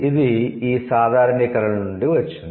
ఇది ఈ సాధారణీకరణల నుండి వచ్చింది